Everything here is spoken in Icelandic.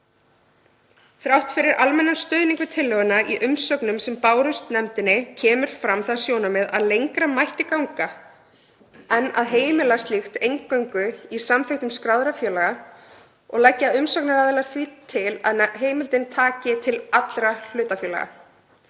Þrátt fyrir almennan stuðning við tillöguna í umsögnum sem bárust nefndinni kemur fram það sjónarmið að lengra mætti ganga en að heimila slíkt eingöngu í samþykktum skráðra félaga og leggja umsagnaraðilar til að heimildin taki til allra hlutafélaga.